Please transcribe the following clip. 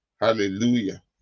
Hallelujah